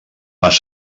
mas